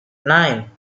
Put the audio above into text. nine